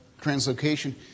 translocation